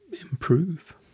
improve